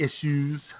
issues